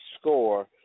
score